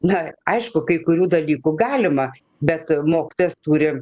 na aišku kai kurių dalykų galima bet mokytojas turi